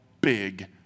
big